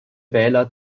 wähler